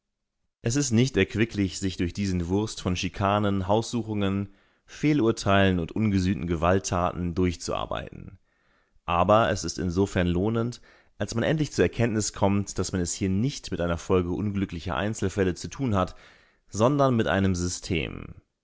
es ist nicht erquicklich sich durch diesen wust von schikanen haussuchungen fehlurteilen und ungesühnten gewalttaten durchzuarbeiten aber es ist insofern lohnend als man endlich zur erkenntnis kommt daß man es hier nicht mit einer folge unglücklicher einzelfälle zu tun hat sondern mit einem system